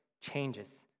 changes